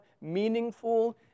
meaningful